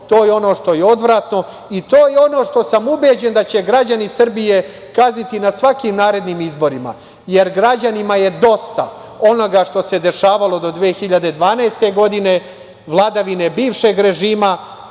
to je ono što je odvratno i to je ono što sam ubeđen da će građani Srbije kazniti na svakim narednim izborima. Jer, građanima je dosta onoga što se dešavalo do 2012. godine, vladavine bivšeg režima,